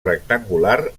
rectangular